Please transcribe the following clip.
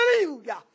hallelujah